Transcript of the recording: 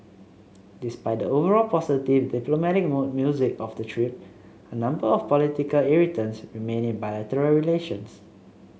despite the overall positive diplomatic mood music of the trip a number of political irritants remain in bilateral relations